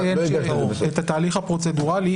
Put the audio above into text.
אני רק אציין את התהליך הפרוצדוראלי.